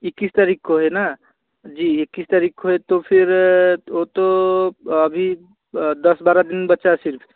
इक्कीस तारीख को है न जी इक्कीस तारीख को है तो फिर वह तो अभी दस बारह दिन बचा सिर्फ